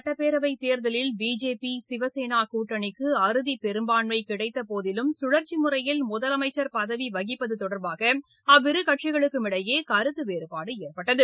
சுட்டப்பேரவைத் தேர்தலில் பிஜேபி சிவசேனா மகாராஷ்டரா கட்டணிக்கு அறுதிப்பெரும்பான்மை கிடைத்தபோதிலும் சுழற்சிமுறையில் முதலமைச்சர் பதவி வகிப்பது தொடர்பாக அவ்விரு கட்சிகளுக்கும் இடையே கருத்துவேறுபாடு ஏற்பட்டது